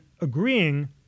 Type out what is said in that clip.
agreeing